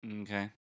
Okay